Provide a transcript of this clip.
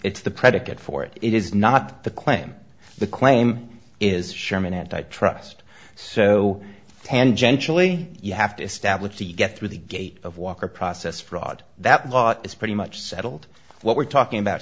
it's the predicate for it it is not the claim the claim is sherman antitrust so tangentially you have to establish to get through the gate of walker process fraud that law is pretty much settled what we're talking about